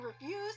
refuse